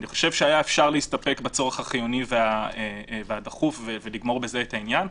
אני חושב שאפשר היה להסתפק בצורך החיוני והדחוף ולסיים בזה את העניין,